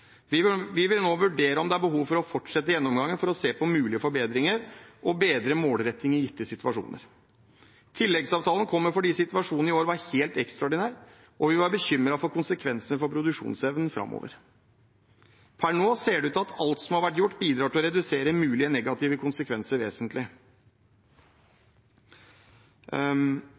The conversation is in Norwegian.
Vi vil nå vurdere om det er behov for å fortsette gjennomgangen for å se på mulige forbedringer og bedre målretting i gitte situasjoner. Tilleggsavtalen kommer fordi situasjonen i år var helt ekstraordinær og vi var bekymret for konsekvensene for produksjonsevnen framover. Per nå ser det ut til at alt som har vært gjort, bidrar til å redusere mulige negative konsekvenser vesentlig.